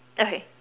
okay